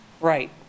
right